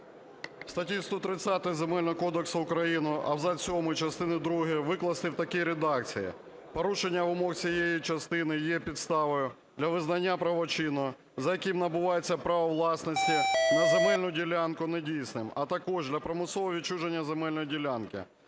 статті 130 Земельного кодексу України абзац сьомий частини другої викласти в такій редакції: "Порушення вимог цієї частини є підставою для визнання правочину, за яким набувається право власності на земельну ділянку недійсним, а також для примусового відчуження земельної ділянки.